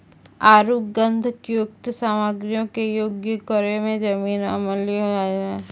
आरु गंधकयुक्त सामग्रीयो के उपयोग करै से जमीन अम्लीय होय जाय छै